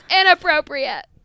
inappropriate